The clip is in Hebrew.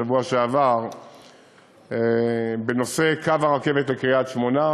כאשר קיימתי דיון בשבוע שעבר בנושא קו הרכבת לקריית-שמונה,